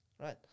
Right